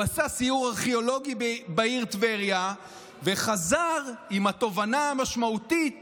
הוא עשה סיור ארכיאולוגי בעיר טבריה וחזר עם התובנה המשמעותית